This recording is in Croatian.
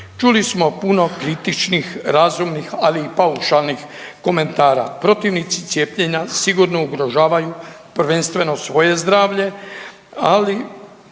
Čuli smo puno kritičnih razumnih ali i paušalnih komentara. Protivnici cijepljenja sigurno ugrožavaju prvenstveno svoje zdravlje, ali